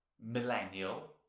Millennial